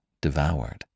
devoured